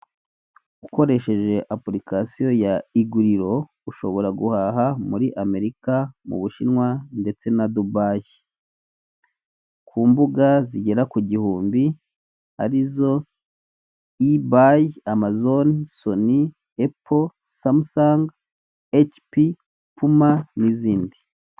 Ukoresheje apurikasiyo ya iguriro, ushobora guhaha muri Amerika, Ubushinwa, ndetse na Dubayi. Ku mbuga zigera ku gihumbi, ari zo: i bayi, amazoni, soni, epo, samusange, ecipi, puma, n'izindi.